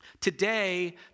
Today